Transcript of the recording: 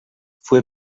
fue